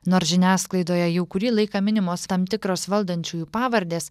nors žiniasklaidoje jau kurį laiką minimos tam tikros valdančiųjų pavardės